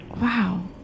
wow